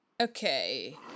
Okay